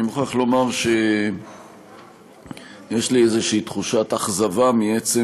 אני מוכרח לומר שיש לי תחושת אכזבה מעצם